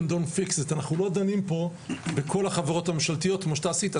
אנחנו לא דנים פה בכל החברות הממשלתיות כמו שאתה עשית.